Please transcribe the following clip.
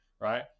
right